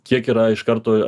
kiek yra iš karto